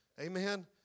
Amen